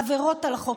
עבירות על החוק?